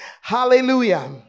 Hallelujah